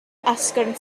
asgwrn